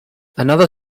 another